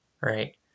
right